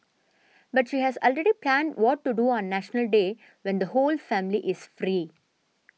but she has already planned what to do on National Day when the whole family is free